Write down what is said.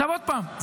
עוד פעם,